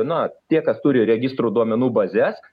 na tie kas turi registrų duomenų bazes